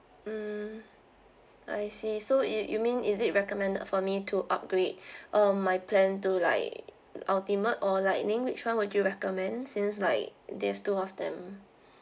mm I see so it you mean is it recommended for me to upgrade um my plan to like ultimate or lightning which one would you recommend since like there's two of them